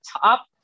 top